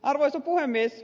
arvoisa puhemies